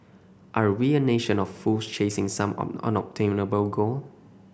are we a nation of fools chasing some unobtainable goal